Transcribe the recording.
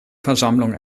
versammlung